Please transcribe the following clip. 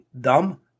dumb